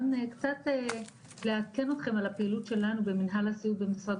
קצת לעדכן אתכם על הפעילות שלנו במנהל הסיעוד במשרד